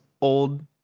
old